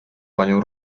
panią